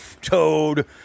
toad